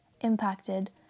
impacted